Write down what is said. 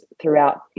throughout